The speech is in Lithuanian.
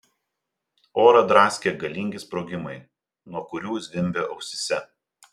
orą draskė galingi sprogimai nuo kurių zvimbė ausyse